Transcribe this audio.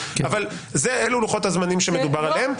אבל אלו לוחות הזמנים שמדובר עליהם.